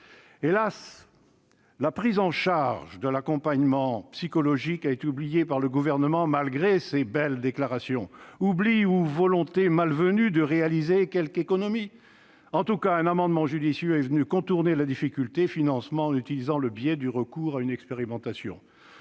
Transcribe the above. Hélas, la prise en charge de l'accompagnement psychologique a été oubliée par le Gouvernement, malgré ses belles déclarations ! Oubli ou volonté malvenue de réaliser quelques économies ? En tout cas, un amendement judicieux est venu contourner la difficulté du financement par le biais du recours à une expérimentation.